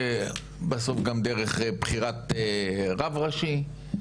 בסוף גם דרך בחירת רב ראשי,